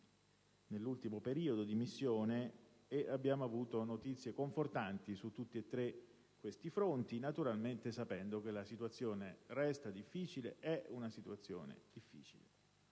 nell'ultimo periodo di missione e abbiamo avuto notizie confortanti su tutti e tre i fronti, naturalmente sapendo che la situazione è e resta difficile. La seconda condizione